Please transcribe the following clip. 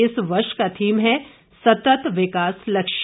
इस वर्ष की थीम है सतत विकास लक्ष्य